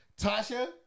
Tasha